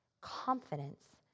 confidence